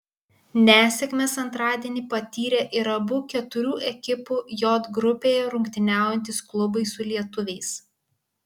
nesėkmes antradienį patyrė ir abu keturių ekipų j grupėje rungtyniaujantys klubai su lietuviais